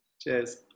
Cheers